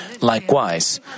Likewise